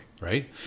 right